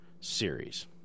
series